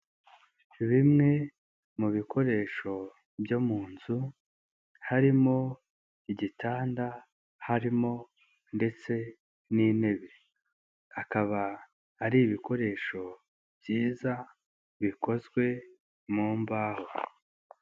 Bimwe mu bikoresho byo mu nzu, harimo igitanda, harimo ndetse n'intebe. Akaba ari ibikoresho byiza bikozwe mu mbaho.